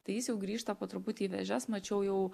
tai jis jau grįžta po truputį į vėžes mačiau jau